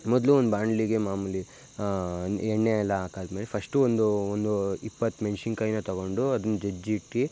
ಮೊದಲು ಒಂದು ಬಾಂಡ್ಲೆಗೆ ಮಾಮೂಲಿ ನ್ ಎಣ್ಣೆ ಎಲ್ಲ ಹಾಕಾದ ಮೇಲೆ ಫಸ್ಟು ಒಂದು ಒಂದು ಇಪ್ಪತ್ತು ಮೆಣ್ಸಿನ್ಕಾಯಿನ ತೊಗೊಂಡು ಅದನ್ನ ಜಜ್ಜಿ ಇಕ್ಕಿ